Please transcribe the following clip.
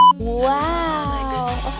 wow